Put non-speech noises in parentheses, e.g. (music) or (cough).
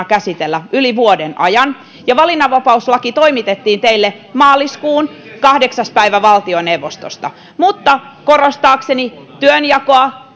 (unintelligible) käsitellä yli vuoden ajan ja valinnanvapauslaki toimitettiin teille maaliskuun kahdeksas päivä valtioneuvostosta mutta korostaakseni työnjakoa (unintelligible)